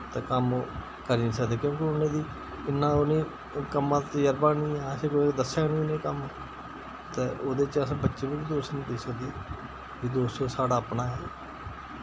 तै कम्म करी निं सकदे क्यूंकि उनेंगी इन्ना ओह् निं कम्मा दा तजर्बा निं असै कुतै दस्सेया गै निं उ'ने कम्म तै उ'दे च अस बच्चे वी दोश निं देई सकदे कि दोश ते साढ़ा अपना ऐ